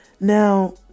Now